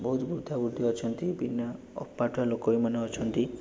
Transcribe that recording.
ବହୁତ ବୃଦ୍ଧାବୃଦ୍ଧି ଅଛନ୍ତି ବିନା ଅପାଠୁଆ ଲୋକମାନେ ଅଛନ୍ତି